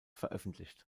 veröffentlicht